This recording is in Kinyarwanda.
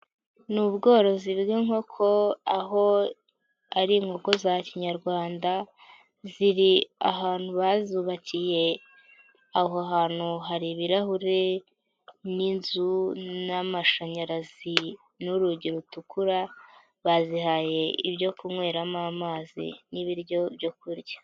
Ni ubworozi bw'inkoko aho ari inkoko za kinyarwanda ziri ahantu bazubakiye, aho hantu hari ibirahure n'inzu n'amashanyarazi n'urugi rutukura bazihaye ibyo kunyweramo amazi n'ibiryo byo kurya.